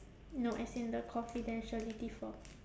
no as in the confidentiality form